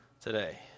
Today